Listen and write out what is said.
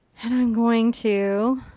and i'm going to.